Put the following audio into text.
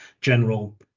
general